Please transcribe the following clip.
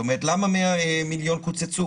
למה 100 מיליון קוצצו